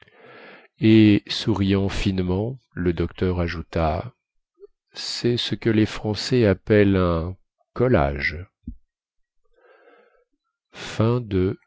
et souriant finement le docteur ajouta cest ce que les français appellent un collage